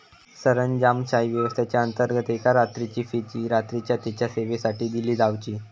सरंजामशाही व्यवस्थेच्याअंतर्गत एका रात्रीची फी जी रात्रीच्या तेच्या सेवेसाठी दिली जावची